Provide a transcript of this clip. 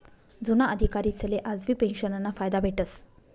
जुना अधिकारीसले आजबी पेंशनना फायदा भेटस